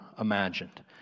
imagined